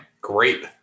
great